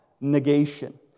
negation